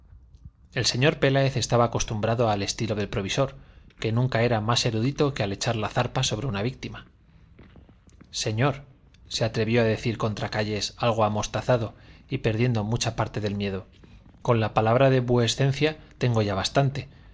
el señor peláez estaba acostumbrado al estilo del provisor que nunca era más erudito que al echar la zarpa sobre una víctima señor se atrevió a decir contracayes algo amostazado y perdiendo mucha parte del miedo con la palabra de v s tengo ya bastante